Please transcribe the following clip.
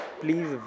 please